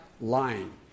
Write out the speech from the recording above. lying